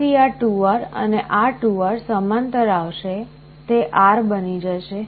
ફરીથી આ 2R અને આ 2R સમાંતર આવશે તે R બની જશે